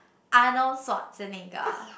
Arnold Schwarzenegger